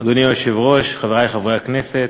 אדוני היושב-ראש, חברי חברי הכנסת,